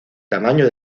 tamaño